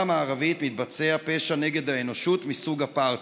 המערבית מתבצע פשע נגד האנושות מסוג אפרטהייד.